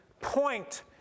point